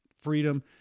freedom